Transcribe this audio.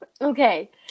Okay